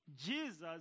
Jesus